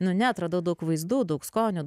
nu ne atradau daug vaizdų daug skonių